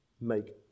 make